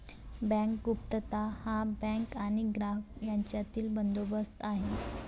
bank गुप्तता हा bank आणि ग्राहक यांच्यातील बंदोबस्त आहे